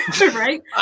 Right